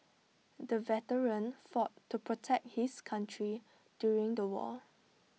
the veteran fought to protect his country during the war